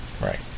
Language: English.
Right